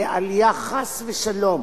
לעלייה, חס ושלום,